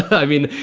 i mean,